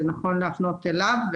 זה משהו שנכון להפנות אליו.